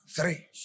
three